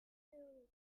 cue